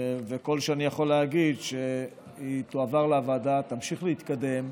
כל שאני יכול להגיד הוא שהיא תועבר לוועדה ותמשיך להתקדם.